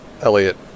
Elliot